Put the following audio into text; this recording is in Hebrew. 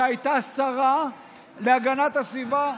שהייתה שרה להגנת הסביבה,